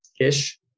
ish